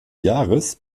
jahres